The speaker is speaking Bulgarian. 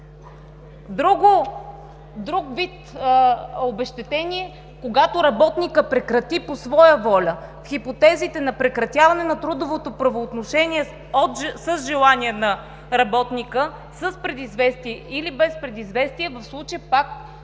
Друг вид обезщетение е, когато работникът прекрати по своя воля – в хипотезите на прекратяване на трудовото правоотношение с желание на работника с предизвестие или без предизвестие в случая, пак